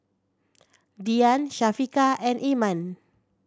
Dian Syafiqah and Iman